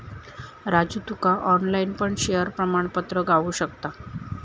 राजू तुका ऑनलाईन पण शेयर प्रमाणपत्र गावु शकता